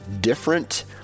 different